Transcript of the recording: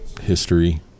history